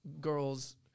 girls –